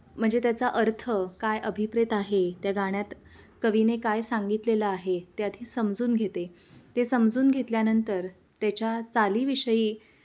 म्हणजे त्याचा अर्थ काय अभिप्रेत आहे त्या गाण्यात कवीने काय सांगितलेलं आहे ते आधी समजून घेते ते समजून घेतल्यानंतर त्याच्या चालीविषयी